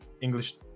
English